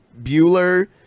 Bueller